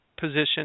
position